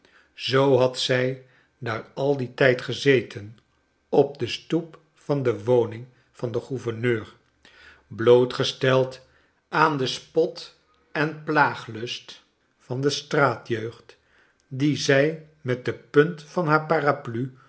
zoo had zij daar al dien tijd gezeten op de stoep van de woning van den gouverneur blootgesteld aan den spoten plaaglust van de straatjeugd die zij met de punt van haar parapluie